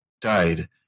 died